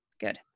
good